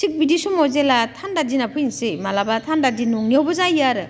थिग बिदि समाव जेब्ला थान्दा दिना फैनोसै माब्लाबा थान्दा दिन नङैयावबो जायो आरो